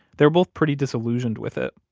they were both pretty disillusioned with it.